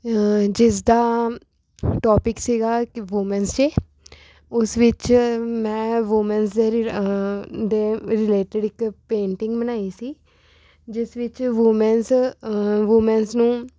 ਜਿਸ ਦਾ ਟੋਪਿਕ ਸੀਗਾ ਕਿ ਵੂਮੈਨਸ ਡੇ ਉਸ ਵਿੱਚ ਮੈਂ ਵੂਮੈਨਸ ਦੇ ਰਿ ਦੇ ਰਿਲੇਟਿਡ ਇੱਕ ਪੇਂਟਿੰਗ ਬਣਾਈ ਸੀ ਜਿਸ ਵਿੱਚ ਵੂਮੈਨਸ ਵੂਮੈਨਸ ਨੂੰ